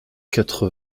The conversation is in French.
quatre